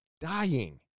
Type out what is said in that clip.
dying